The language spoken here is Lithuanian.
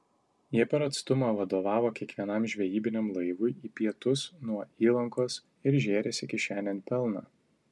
jie per atstumą vadovavo kiekvienam žvejybiniam laivui į pietus nuo įlankos ir žėrėsi kišenėn pelną